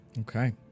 Okay